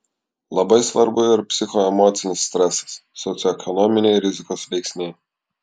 labai svarbu ir psichoemocinis stresas socioekonominiai rizikos veiksniai